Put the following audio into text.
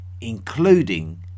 including